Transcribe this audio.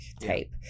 type